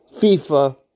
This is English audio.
FIFA